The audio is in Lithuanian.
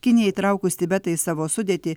kinija įtraukus tibetą į savo sudėtį